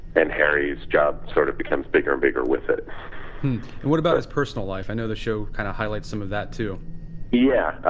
and harry's job sort of becomes bigger and bigger with it and what about his personal life? i know the show kind of highlights some of that too yeah.